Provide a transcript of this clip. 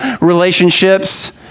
relationships